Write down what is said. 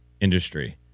industry